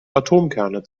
atomkerne